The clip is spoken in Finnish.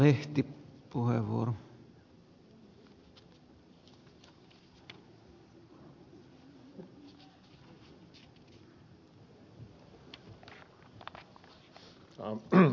arvoisa herra puhemies